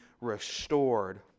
restored